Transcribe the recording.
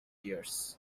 years